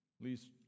least